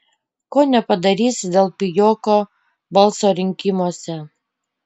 ko nepadarysi dėl pijoko balso rinkimuose